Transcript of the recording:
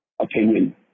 opinion